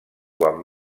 quan